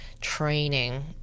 training